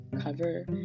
cover